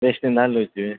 ಪೇಸ್ಟಿಂದ ಹಲ್ಲುಜ್ಜಿ